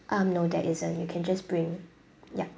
um no there isn't you can just bring ya